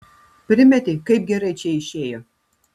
primeti kaip gerai čia išėjo